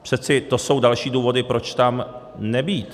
Přece to jsou další důvody, proč tam nebýt.